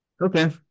Okay